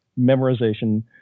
memorization